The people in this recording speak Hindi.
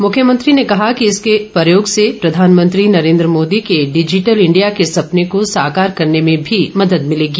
मुख्यमंत्री ने कहा कि इसके प्रयोग से प्रधानमंत्री नरेन्द्र मोदी के डिजिटल इंडिया के सपने को साकार करने में भी मदद मिलेगी